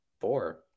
four